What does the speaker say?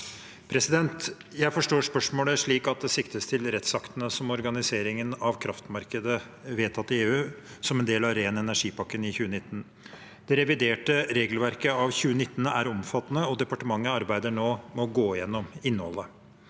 Jeg forstår spørs- målet slik at det siktes til rettsaktene om organiseringen av kraftmarkedet vedtatt i EU som en del av ren energi-pakken i 2019. Det reviderte regelverket av 2019 er omfattende, og departementet arbeider nå med å gå gjennom innholdet.